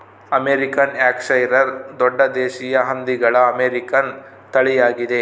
American Yorkshire ದೊಡ್ಡ ದೇಶೀಯ ಹಂದಿಗಳ ಅಮೇರಿಕನ್ ತಳಿಯಾಗಿದೆ